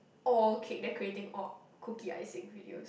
all cake decorating or cookie icing videos